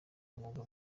umwuga